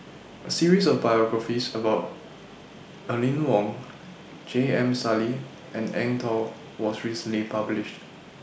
A series of biographies about Aline Wong J M Sali and Eng Tow was recently published